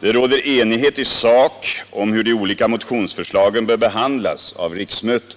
Det råder enighet i sak om hur de olika motionsförslagen bör behandlas av riksmötet.